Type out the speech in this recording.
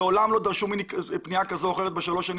מעולם לא דרשו ממני ופנו אלי בפנייה כזו או אחרת בשלוש השנים